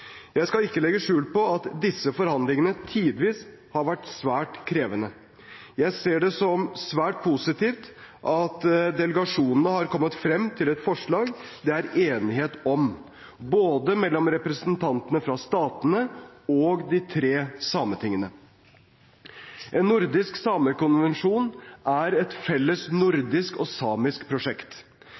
Jeg skal ikke legge skjul på at disse forhandlingene tidvis har vært svært krevende. Jeg ser det som svært positivt at delegasjonene har kommet frem til et forslag det er enighet om – mellom både representantene for statene og de tre sametingene. En nordisk samekonvensjon er et felles nordisk og samisk prosjekt.